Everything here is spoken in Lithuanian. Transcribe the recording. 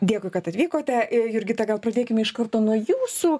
dėkui kad atvykote jurgita gal pradėkime iš karto nuo jūsų